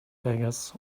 beggars